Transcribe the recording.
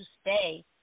stay